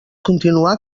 continuar